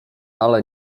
ale